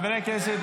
חברי הכנסת,